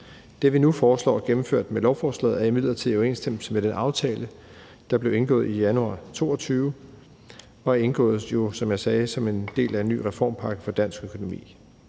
Det, vi nu foreslår gennemført med lovforslaget, er imidlertid i overensstemmelse med den aftale, der blev indgået i januar 2022, og indgår jo, som jeg sagde, som en del af en ny reformpakke for dansk økonomi.